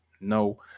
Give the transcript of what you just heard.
no